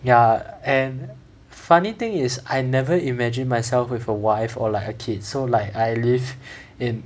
ya and funny thing is I never imagined myself with a wife or like a kid so like I live in